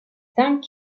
cinq